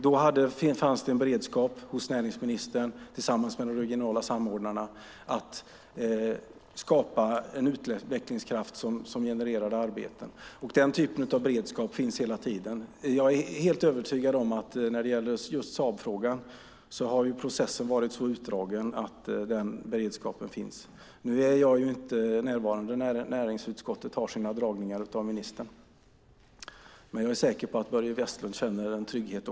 Då fanns det en beredskap hos näringsministern tillsammans med de regionala samordnarna för att skapa en utvecklingskraft som genererade arbeten. Den typen av beredskap finns hela tiden. När det gäller just Saabfrågan är jag helt övertygad om att processen har varit så utdragen att den beredskapen finns. Jag är inte närvarande när näringsutskottet får sina dragningar av ministern. Men jag är säker på att även Börje Vestlund känner en trygghet.